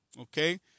okay